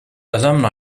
alumni